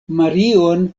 marion